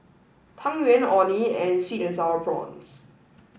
Tang Yuen Orh Nee and Sweet and Sour Prawns